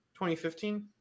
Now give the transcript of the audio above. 2015